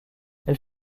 elle